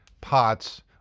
pots